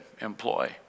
employ